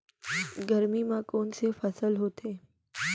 गरमी मा कोन से फसल होथे?